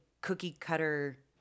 cookie-cutter